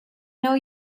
know